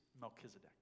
Melchizedek